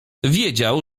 wiedział